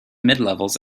midlevels